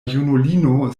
junulino